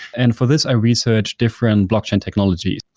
and for this i researched different blockchain technologies.